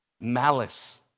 malice